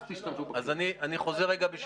אז --- אז אני חוזר רגע,